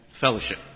fellowship